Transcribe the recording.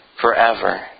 forever